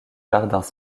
jardins